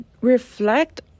reflect